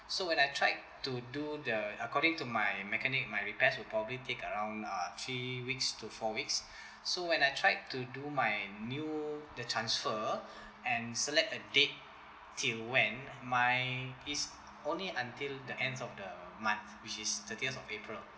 so when I tried to do the according to my mechanic my repairs would probably take around uh three weeks to four weeks so when I tried to do my new the transfer and select a date till when my is only until the end of the month which is thirtieth of april